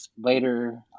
later